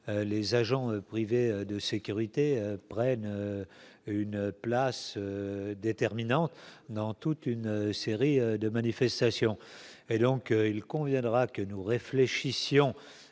les agents privés de sécurité prenne une place déterminante dans toute une série de manifestations et donc il conviendra que nous réfléchissions